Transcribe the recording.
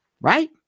right